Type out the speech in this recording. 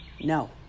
no